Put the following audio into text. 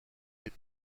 les